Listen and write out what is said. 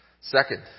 Second